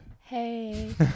Hey